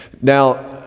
Now